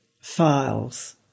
files